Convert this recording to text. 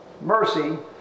mercy